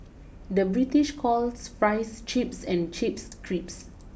the British calls fries chips and chips crisps